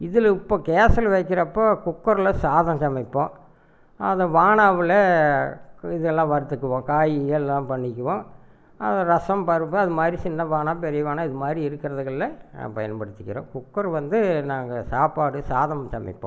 இதுல இப்போ கேஸ்ஸில் வைக்குறப்போ குக்கரில் சாதம் சமைப்போம் அதை வானாவில இதெல்லாம் வறுத்துக்குவோம் காய் இதெல்லாம் பண்ணிக்குவோம் அது ரசம் பருப்பு அதுமாதிரி சின்ன வானம் பெரிய வானம் இது மாதிரி இருக்குறதுகள்ல நாம்ம பயன்படுத்திக்குறோம் குக்கர் வந்து நாங்கள் சாப்பாடு சாதம் சமைப்போம்